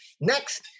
Next